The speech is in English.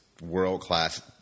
world-class